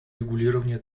регулирования